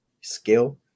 skill